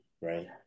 right